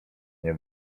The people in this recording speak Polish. nie